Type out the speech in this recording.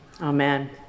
amen